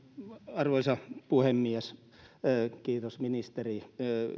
arvoisa puhemies kiitos ministeri